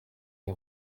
der